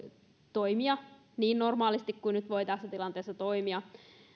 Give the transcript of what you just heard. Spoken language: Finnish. toimia niin normaalisti kuin nyt voi tässä tilanteessa toimia